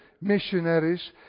missionaries